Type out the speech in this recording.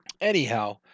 anyhow